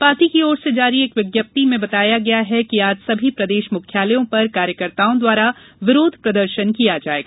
party की ओर से जारी एक विज्ञप्ति में बताया गया है कि आज सभी प्रदेश मुख्यालयों पर कार्यकर्ताओं द्वारा विरोध प्रदर्शन किया जायेगा